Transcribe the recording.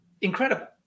incredible